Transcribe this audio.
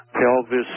pelvis